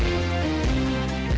and i